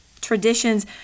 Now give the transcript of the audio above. traditions